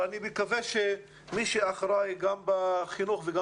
אני מקווה שמי שאחראי גם בחינוך וגם